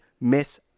miss